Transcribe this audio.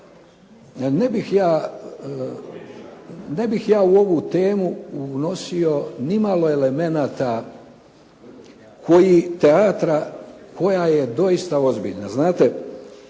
ne bih ja u ovu temu unosio nimalo elemenata teatra koja je doista ozbiljna.